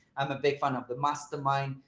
i'm a big fan of the mastermind,